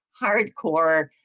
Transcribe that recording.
hardcore